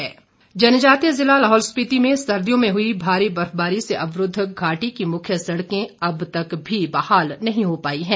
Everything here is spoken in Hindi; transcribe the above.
लाहौल सड़क जनजातीय जिला लाहौल स्पीति में सर्दियों में हुई भारी बर्फबारी से अवरूद्द घाटी की मुख्य सड़कें अब तक भी बहाल नहीं हो पाई हैं